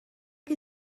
que